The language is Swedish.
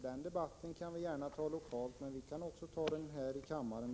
Den debatten kan vi gärna ta lokalt, men det går också bra att ta den här i kammaren.